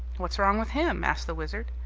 what's wrong with him? asked the wizard.